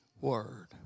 Word